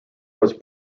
was